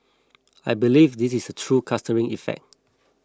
I believe this is a true clustering effect